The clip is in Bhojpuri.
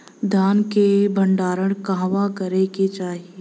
धान के भण्डारण कहवा करे के चाही?